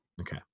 Okay